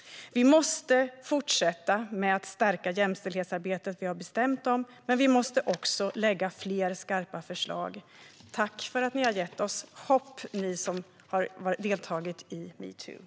Vi måste fortsätta med att stärka jämställdhetsarbetet, som vi har bestämt. Men vi måste också lägga fram fler skarpa förslag. Tack för att ni har gett oss hopp, ni som har deltagit i metoo!